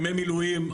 ימי מילואים,